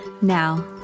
Now